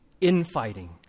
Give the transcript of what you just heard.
infighting